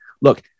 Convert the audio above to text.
look